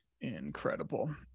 Incredible